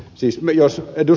siis jos ed